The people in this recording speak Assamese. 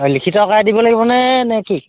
অঁ লিখিত আকাৰে দিব লাগিবনে নে কি